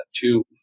two